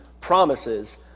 promises